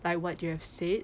like what you have said